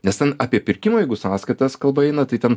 nes ten apie pirkimą jeigu sąskaitas kalba eina tai ten